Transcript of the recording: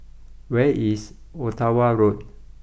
where is Ottawa Road